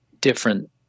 different